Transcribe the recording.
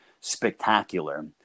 spectacular